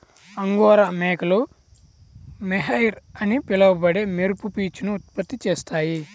angora మేకలు mohair అని పిలువబడే మెరుపు పీచును ఉత్పత్తి చేస్తాయి